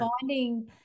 finding